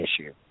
issue